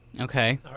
okay